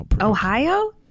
Ohio